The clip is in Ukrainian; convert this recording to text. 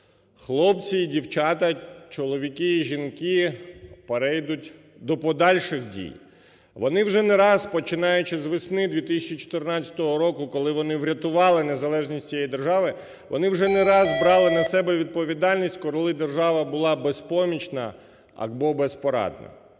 хлопці і дівчата, чоловіки і жінки перейдуть до подальших дій. Вони вже не раз, починаючи з весни 2014 року, коли вони врятували незалежність цієї держави, вони вже не раз брали на себе відповідальність, коли держава була безпомічна або безпорадна.